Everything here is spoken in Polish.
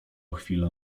chwilę